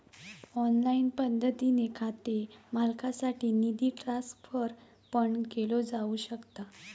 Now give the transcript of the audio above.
online पद्धतीने खाते मालकासाठी निधी ट्रान्सफर पण केलो जाऊ शकता